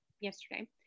Yesterday